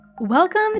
Welcome